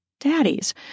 daddies